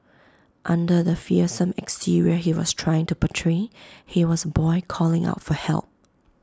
under the fearsome exterior he was trying to portray he was A boy calling out for help